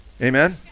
amen